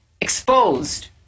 exposed